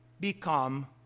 become